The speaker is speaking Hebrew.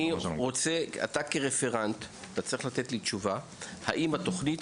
אתה כרפרנט צריך לתת לי תשובה האם התוכנית